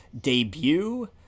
debut